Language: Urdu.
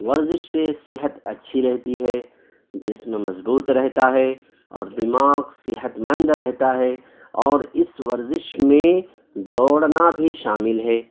ورزش سے صحت اچھی رہتی ہے جسم مضبوط رہتا ہے اور دماغ صحت مند رہتا ہے اور اس ورزش میں دوڑنا بھی شامل ہے